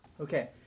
Okay